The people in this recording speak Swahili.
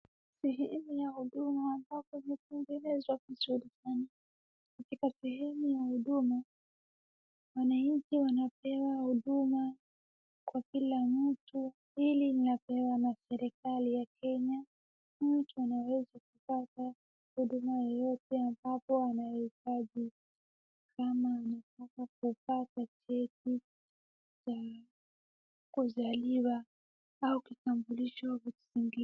Sehemu ya huduma ambayo ambayo imetengenezwa vizuri sana. Katika sehemu ya huduma wanainchi wanapewa huduma kwa kila mtu. Hii inapewa na serikali ya Kenya. Mtu anaweza kupata huduma yoyote ambayo anahitaji kama vile kupata cheti cha kuzaliwa au kitambulisho au vitu zingine.